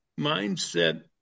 mindset